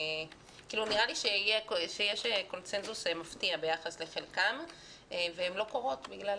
נראה לי שיש קונצנזוס מפתיע ביחס לחלקן והן לא קורות בגלל